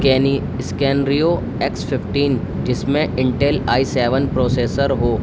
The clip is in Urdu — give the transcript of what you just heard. اسکین اسکینریو ایکس ففٹین جس میں Intel i seven processor who